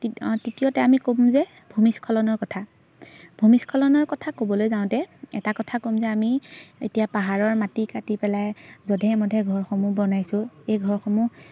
তৃতীয়তে আমি ক'ম যে ভূমিস্খলনৰ কথা ভূমিস্খলনৰ কথা ক'বলৈ যাওঁতে এটা কথা ক'ম যে আমি এতিয়া পাহাৰৰ মাটি কাটি পেলাই যধে মধে ঘৰসমূহ বনাইছোঁ এই ঘৰসমূহ